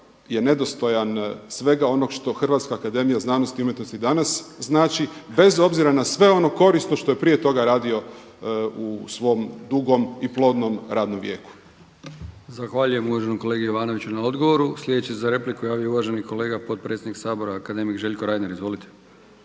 je nedostojan svega onog što HAZU dana znači bez obzira na sve ono korisno što je prije toga radio u svom dugom i plodnom radnom vijeku. **Brkić, Milijan (HDZ)** Zahvaljujem uvaženom kolegi Jovanoviću na odgovoru. Sljedeći se za repliku javio uvaženi kolega, potpredsjednik Sabora akademik Željko Reiner. Izvolite.